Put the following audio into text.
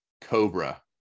Cobra